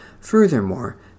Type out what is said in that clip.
Furthermore